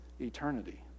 eternity